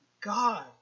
God